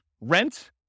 rent